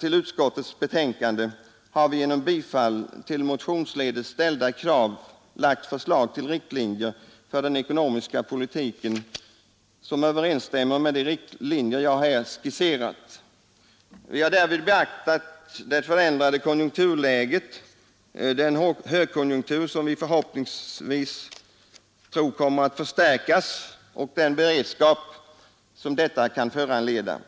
vid utskottets betänkande har vi genom att yrka bifall till motionsledes ställda krav lagt förslag till riktlinjer för den ekonomiska politiken, som överensstämmer med de linjer jag här skisserat. Vi har däri beaktat det förändrade konjunkturläget, den högkonjunktur som förhoppningsvis kommer att förstärkas och den beredskap som detta kan föranleda.